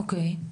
אוקיי.